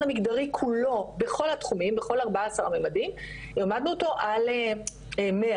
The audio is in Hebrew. המגדרי כולו בכל התחומים בכל 14 המימדים העמדנו אותו על 100,